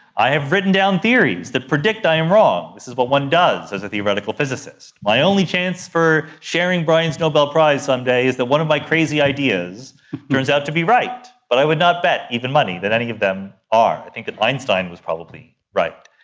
i have written down theories that predict i am wrong. this is what one does as a theoretical physicist. my only chance for sharing brian's nobel prize some day is that one of my crazy ideas turns out to be right, but i would not bet even money that any of them are. i think that einstein was probably right.